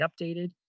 updated